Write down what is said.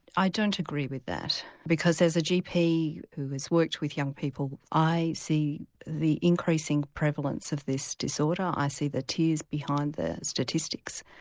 i don't agree with that because as a gp who has worked with young people i see the increasing prevalence of this disorder. ah i see the tears behind the statistics.